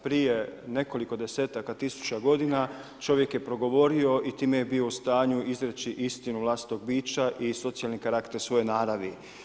Prije nekoliko desetaka tisuća godina, čovjek je progovorio i time je bio u stanju izreći istinu vlastitog bića i socijalni karakter svoje naravi.